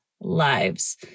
lives